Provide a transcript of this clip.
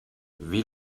wie